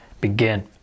begin